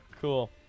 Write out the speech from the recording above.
Cool